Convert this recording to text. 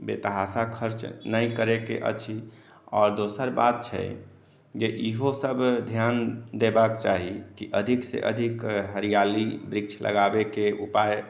बेतहाशा खर्च नहि करय के अछि आओर दोसर बात छै जे इहो सब ध्यान देबा के चाही की अधिक से अधिक हरियाली वृक्ष लगाबे के उपाय